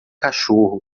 cachorro